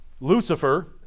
Lucifer